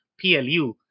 PLU